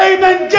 Amen